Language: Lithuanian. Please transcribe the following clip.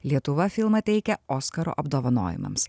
lietuva filmą teikia oskaro apdovanojimams